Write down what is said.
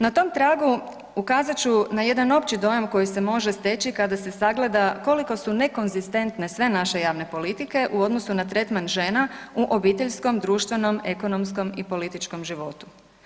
Na tom tragu ukazat ću na jedan opći dojam koji se može steći kada se sagleda koliko su nekonzistentne sve naše javne politike u odnosu na tretman žena u obiteljskom, društvenom, ekonomskom i političkom životu.